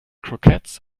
croquettes